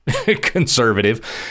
conservative